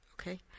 okay